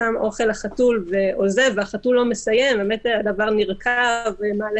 שם אוכל לחתול ועוזב והחתול לא מסיים והאוכל נרקב ומעלה